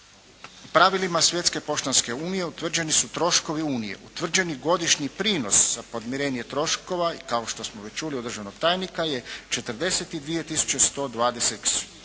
Pravilima Svjetske poštanske unije utvrđeni su troškovi unije. Utvrđeni godišnji prinos za podmirenje troškova kao što smo već čuli od državnog tajnika je 42